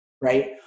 right